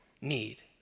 need